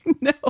no